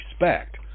respect